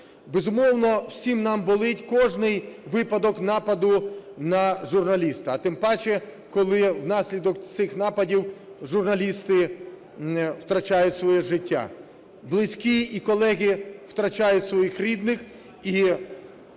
Безумовно, всім нам болить кожний випадок нападу на журналіста, а тим паче коли внаслідок цих нападів журналісти втрачають своє життя, близькі і колеги втрачають своїх рідних.